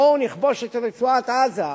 בואו נכבוש את רצועת-עזה,